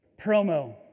Promo